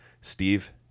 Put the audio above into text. Steve